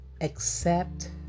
Accept